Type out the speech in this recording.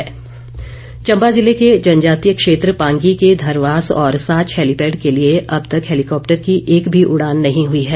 मांग चम्बा जिले के जनजातीय क्षेत्र पांगी के धरवास और साच हेलीपैड के लिए अब तक हेलिकॉप्टर की एक भी उड़ान नहीं हुई है